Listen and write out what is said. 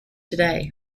today